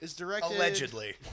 Allegedly